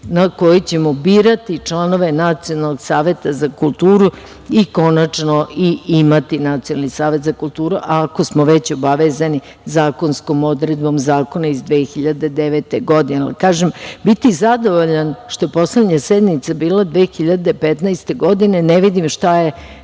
na kojoj ćemo birati članove Nacionalnog saveta za kulturu i konačno i imati i Nacionalni savet za kulturu, ako smo već obavezani zakonskom odredbom zakona iz 2009. godine. Kažem, biti zadovoljan što je poslednja sednica bila 2015. godine, ne vidim šta je